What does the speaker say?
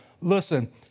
Listen